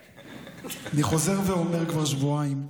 אני חוזר ואומר כבר שבועיים,